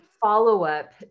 follow-up